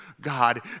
God